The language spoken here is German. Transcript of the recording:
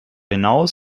hinaus